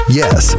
yes